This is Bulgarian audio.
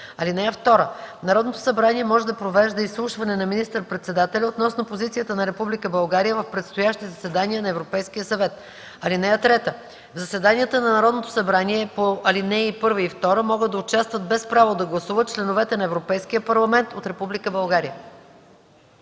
(2) Народното събрание може да провежда изслушване на министър-председателя относно позицията на Република България в предстоящи заседания на Европейския съвет. (3) В заседанията на Народното събрание по ал. 1 и 2 могат да участват без право да гласуват членовете на Европейския парламент от